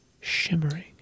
shimmering